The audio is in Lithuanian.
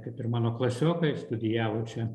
kaip ir mano klasiokai studijavo čia